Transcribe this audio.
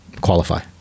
qualify